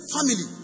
Family